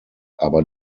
aber